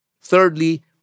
Thirdly